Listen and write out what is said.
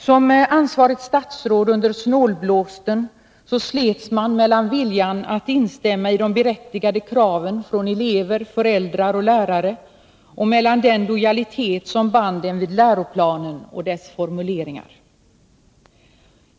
Som ansvarigt statsråd under snålblåsten slets man mellan viljan att instämma i de berättigade kraven från elever, föräldrar och lärare och den lojalitet till läroplanen och dess formuleringar som man var bunden av.